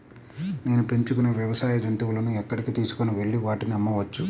నేను పెంచుకొనే వ్యవసాయ జంతువులను ఎక్కడికి తీసుకొనివెళ్ళి వాటిని అమ్మవచ్చు?